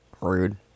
Rude